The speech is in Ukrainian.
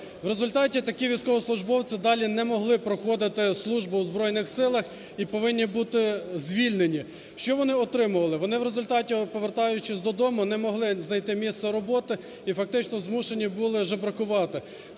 В результаті такі військовослужбовці далі не могли проходити службу в Збройних Силах і повинні бути звільнені. Що вони отримували? Вони в результаті, повертаючись додому, не могли знайти місце роботи і фактично змушені були жебракувати.